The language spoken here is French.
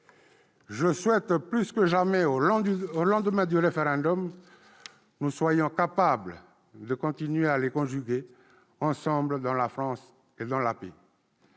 Je souhaite plus que jamais que, au lendemain du référendum, nous soyons capables de continuer à les conjuguer, ensemble, dans la France et dans la paix.